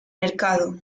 mercado